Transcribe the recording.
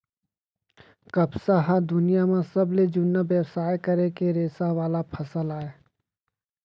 कपसा ह दुनियां म सबले जुन्ना बेवसाय करे के रेसा वाला फसल अय